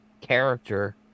character